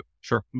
Sure